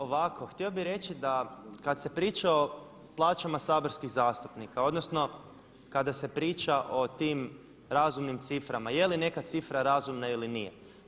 Ovako, htio bi reći da kad se priča o plaćama saborskih zastupnika, odnosno kada se priča o tim razumnim ciframa, je li neka cifra razumna ili nije?